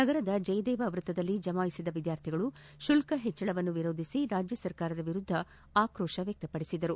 ನಗರದ ಜಯದೇವ ವೃತ್ತದಲ್ಲಿ ಜಮಾಯಿಸಿದ ವಿದ್ಯಾರ್ಥಿಗಳು ಶುಲ್ಕ ಹೆಚ್ಚಳ ವಿರೋಧಿಸಿ ರಾಜ್ಯ ಸರ್ಕಾರದ ವಿರುದ್ದ ಆಕ್ರೋತ ವ್ಚಕ್ತಪಡಿಸಿದರು